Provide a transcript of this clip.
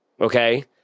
okay